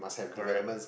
correct